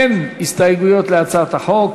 אין הסתייגויות להצעת החוק.